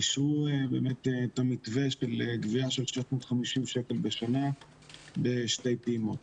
אישרו את המתווה של גבייה של 350 ₪ בשנה בשתי פעימות.